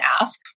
ask